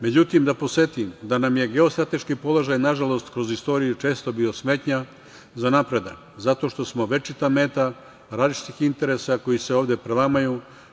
Međutim, da podsetim da nam je geostrateški položaj, nažalost, kroz istoriju često bio smetnja za napredak zato što smo večita meta različitih interesa koji se ovde prelamaju.